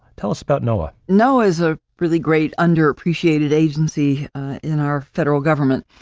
tell us about noaa. noaa is a really great underappreciated agency in our federal government.